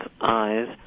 eyes